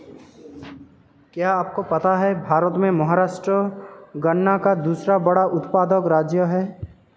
क्या आपको पता है भारत में महाराष्ट्र गन्ना का दूसरा बड़ा उत्पादक राज्य है?